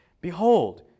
behold